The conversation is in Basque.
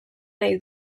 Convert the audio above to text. nahi